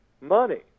money